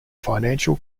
financial